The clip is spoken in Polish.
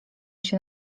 się